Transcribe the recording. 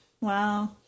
Wow